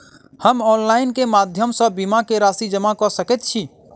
हम ऑनलाइन केँ माध्यम सँ बीमा केँ राशि जमा कऽ सकैत छी?